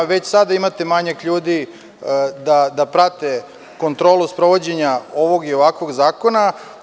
Već sada imate manjak ljudi da prate kontrolu sprovođenja ovog i ovakvog zakona.